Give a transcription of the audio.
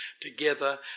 together